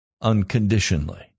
unconditionally